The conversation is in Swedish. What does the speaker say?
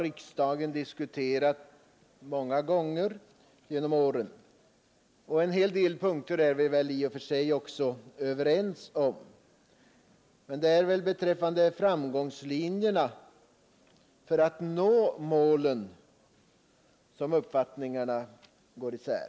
Riksdagen har diskuterat den många gånger under årens lopp. På en hel del punkter är vi väl också överens. Det är beträffande framgångslinjerna för att nå målen som uppfattningarna går isär.